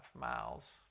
miles